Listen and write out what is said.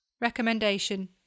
Recommendation